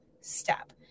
step